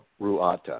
Ruata